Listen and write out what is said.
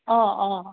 অঁ অঁ